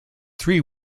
three